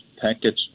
package